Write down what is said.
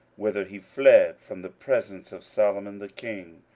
whither he fled from the presence of solomon the king,